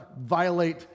violate